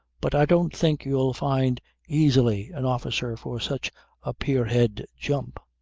but i don't think you'll find easily an officer for such a pier-head jump.